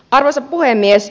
arvoisa puhemies